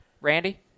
Randy